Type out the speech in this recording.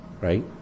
right